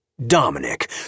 Dominic